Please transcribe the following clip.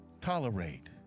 tolerate